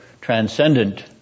transcendent